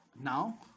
Now